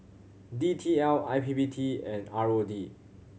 D T L I P P T and R O D